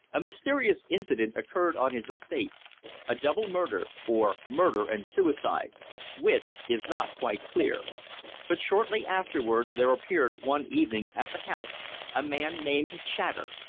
a mysterious incident occurred on his estate a double murder, or murder and suicide which is not quite clear but shortly afterwards there appeared one evening at the house a man named chater,